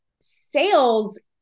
sales